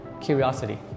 curiosity